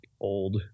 old